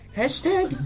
hashtag